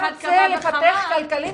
אתה רוצה לפתח כלכלית,